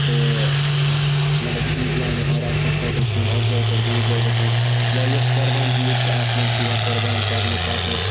تہٕ مَطلب عیٖدیان رَٹنہٕ خٲطرٕ چھِ یِم اَکہِ جایہِ پٮ۪ٹھ بیٚیِس جایہِ گژھان یا یۄس قۄربان عیٖد چھِ اَتھ مَنٛز چھِ یِوان قۄربان کَرنہٕ پَتہٕ